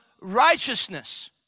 righteousness